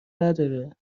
نداره